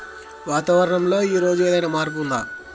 వాతావరణం లో ఈ రోజు ఏదైనా మార్పు ఉందా?